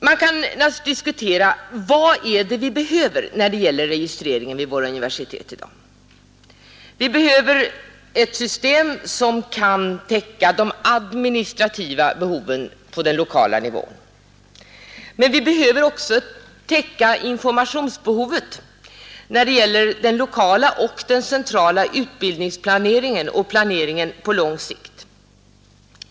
Man kan naturligtvis diskutera vad det är som vi behöver när det gäller registrering vid våra universitet i dag. Vi behöver ett system som kan täcka de administrativa behoven på den lokala nivån. Men vi behöver också täcka informationsbehovet när det gäller den lokala och den centrala utbildningsplaneringen och planeringen på lång sikt.